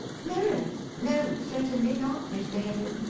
mirrors? no, certainly not, mr. headland.